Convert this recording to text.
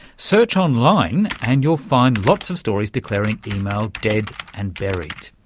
search online and you'll find lots of stories declaring email dead and buried.